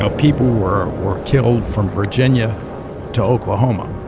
so people were were killed from virginia to oklahoma.